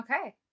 Okay